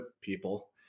people